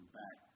back